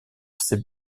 ces